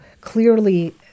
clearly